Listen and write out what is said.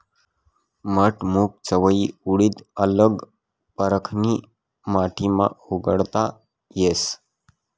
मठ, मूंग, चवयी, उडीद आल्लग परकारनी माटीमा उगाडता येस